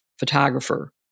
photographer